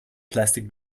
plastic